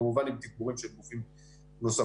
כמובן עם תגבורים של גופים נוספים.